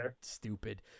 stupid